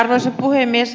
arvoisa puhemies